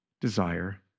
desire